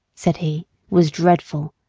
said he, was dreadful!